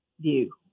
view